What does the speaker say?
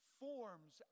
forms